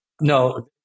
No